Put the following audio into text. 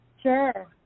Sure